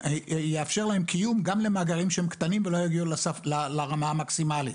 שיאפשר להם קיום גם למאגרים שהם קטנים ולא יגיעו לרמה המקסימלית.